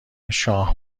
شاه